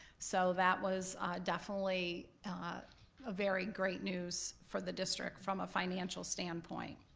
so that was definitely a very great news from the district from a financial standpoint,